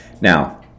now